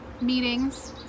meetings